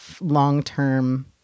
long-term